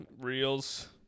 reels